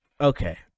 Okay